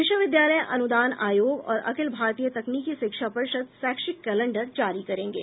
विश्वविद्यालय अनुदान आयोग और अखिल भारतीय तकनीकी शिक्षा परिषद शैक्षिक कैलेंडर जारी करेंगे